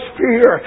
fear